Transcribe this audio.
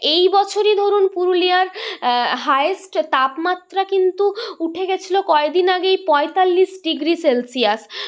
এই বছরই ধরুন পুরুলিয়ার হায়েস্ট তাপমাত্রা কিন্তু উঠে গেছিলো কয় দিন আগেই পঁয়তাল্লিশ ডিগ্রি সেলসিয়াস